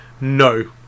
No